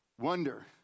Wonder